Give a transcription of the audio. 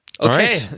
Okay